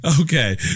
Okay